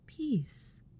Peace